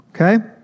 okay